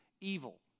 evil